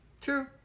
True